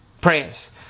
prayers